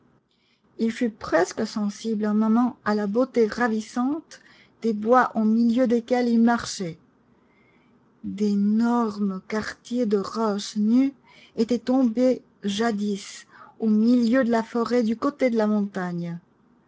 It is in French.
il fut presque sensible un moment à la beauté ravissante des bois au milieu desquels il marchait d'énormes quartiers de roches nues étaient tombés jadis au milieu de la forêt du côté de la montagne